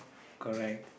correct